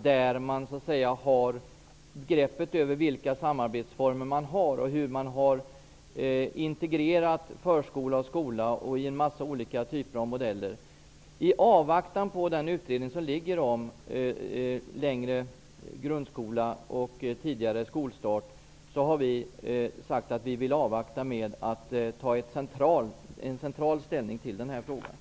I kommunerna har man greppet över samarbetsformerna och integrationen mellan förskola och skola i olika modeller. I avvaktan på utredningen om längre grundskola och tidigare skolstart har vi sagt att vi vill vänta med att centralt ta ställning i frågan.